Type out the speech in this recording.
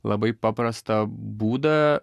labai paprastą būdą